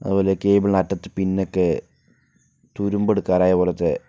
അതുപോലെ കേബിളിൻ്റെ അറ്റത്ത് പിന്നൊക്കെ തുരുമ്പെടുക്കാറായ പോലത്തെ